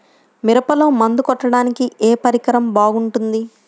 మిరపలో మందు కొట్టాడానికి ఏ పరికరం బాగుంటుంది?